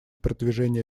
продвижения